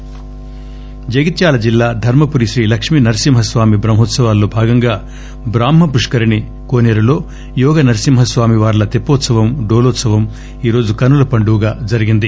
జగిత్యాల జగిత్యాల జిల్లా ధర్మపురి శ్రీ లక్ష్మీ నరసింహస్వామి బ్రహ్మోత్సవాల్లో భాగంగాబ్రాహ్మపుష్కరిణి కోసేరులో యోగ నరసింహ స్వామి వార్ల తెప్పోత్పవం ఈరోజు కన్నుల పండుగగా జరిగింది